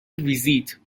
ویزیت